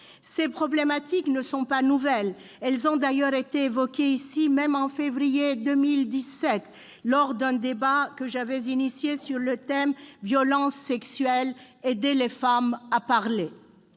Ces problématiques ne sont pas nouvelles. Elles ont d'ailleurs été évoquées ici même, en février 2017, lors d'un débat lancé sur mon initiative sur le thème :« Violences sexuelles : aider les victimes à parler ».